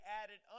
added